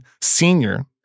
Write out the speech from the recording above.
senior